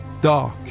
dark